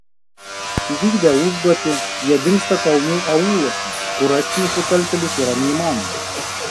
įvykdę užduotį jie dingsta kalnų aūluose kur rasti nusikaltėlius yra neįmanoma